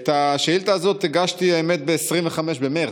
את השאילתה הזאת הגשתי, האמת, ב-25 במרץ,